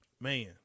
Man